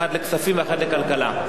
אחת לכספים ואחת לכלכלה.